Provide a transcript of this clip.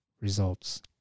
results